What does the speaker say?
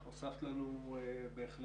הוספת לנו בהחלט.